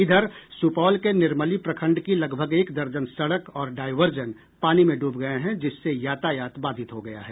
इधर सुपौल के निर्मली प्रखंड की लगभग एक दर्जन सड़क और डायवर्सन पानी में ड्रब गये हैं जिससे यातायात बाधित हो गया है